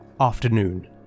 Afternoon